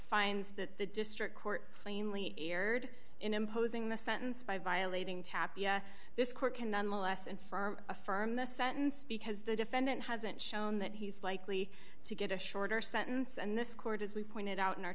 finds that the district court plainly eared in imposing the sentence by violating tapi this court can nonetheless and firm affirm the sentence because the defendant hasn't shown that he's likely to get a shorter sentence and this court as we pointed out in our